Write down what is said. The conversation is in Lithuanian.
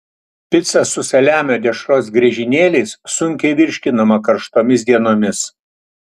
pica su saliamio dešros griežinėliais sunkiai virškinama karštomis dienomis